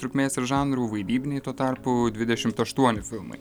trukmės ir žanrų vaidybiniai tuo tarpu dvidešim aštuoni filmai